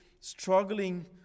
struggling